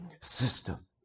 system